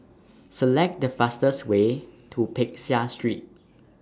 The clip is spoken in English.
Select The fastest Way to Peck Seah Street